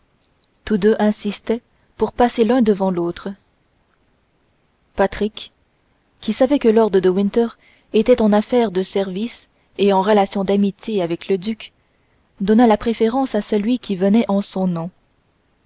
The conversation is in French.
tous deux insistaient pour passer l'un avant l'autre patrick qui savait que lord de winter était en affaires de service et en relations d'amitié avec le duc donna la préférence à celui qui venait en son nom